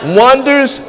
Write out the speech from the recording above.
wonders